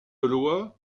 loi